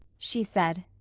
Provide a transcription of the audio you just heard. she said.